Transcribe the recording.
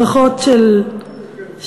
ברכות של אדמה.